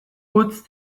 utz